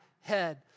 head